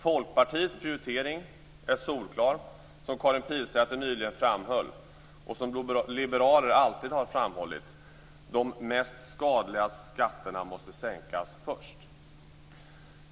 Folkpartiets prioritering är solklar, som Karin Pilsäter nyligen framhöll och som liberaler alltid har framhållit: De mest skadliga skatterna måste sänkas först!